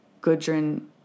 Gudrun